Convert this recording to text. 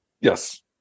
Yes